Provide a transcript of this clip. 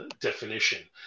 definition